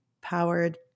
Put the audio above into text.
powered